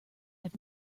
have